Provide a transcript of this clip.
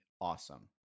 awesome